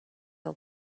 old